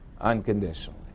unconditionally